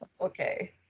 okay